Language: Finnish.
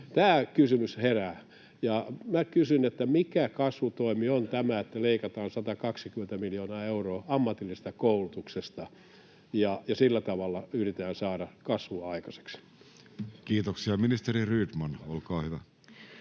Tämä kysymys herää. Minä kysyn: mikä kasvutoimi on tämä, että leikataan 120 miljoonaa euroa ammatillisesta koulutuksesta ja sillä tavalla yritetään saada kasvua aikaiseksi? [Speech 25] Speaker: Jussi Halla-aho